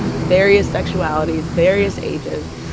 and various sexualities, various ages,